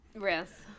Yes